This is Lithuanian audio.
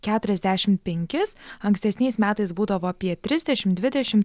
keturiasdešimt penkis ankstesniais metais būdavo apie trisdešim dvidešim